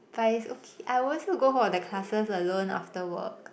but it's okay I also go for the classes alone after work